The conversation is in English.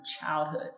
childhood